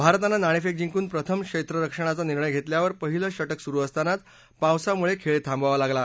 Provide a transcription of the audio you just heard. भारतानं नाणेफेक जिंकून प्रथम क्षेत्रक्षणाचा निर्णय घेतल्यावर पहिलं षटक सुरू असतानाच पावसामुळे खेळ थांबवावा लागला